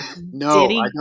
No